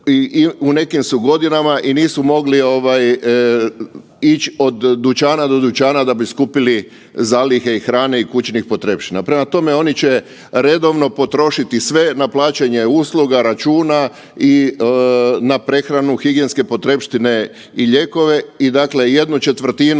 u nekim su godinama i nisu mogli ovaj ići od dućana do dućana da bi skupili zalihe i hrane i kućnih potrepština. Prema tome, oni će redovno potrošiti sve na plaćanje usluga, računa i na prehranu, higijenske potrepštine i lijekove i dakle 1/4 tog